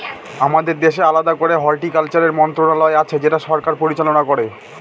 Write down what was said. আমাদের দেশে আলাদা করে হর্টিকালচারের মন্ত্রণালয় আছে যেটা সরকার পরিচালনা করে